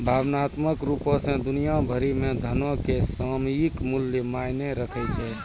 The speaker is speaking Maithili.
भावनात्मक रुपो से दुनिया भरि मे धनो के सामयिक मूल्य मायने राखै छै